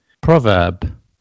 Proverb